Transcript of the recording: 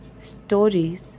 Stories